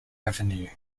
avenue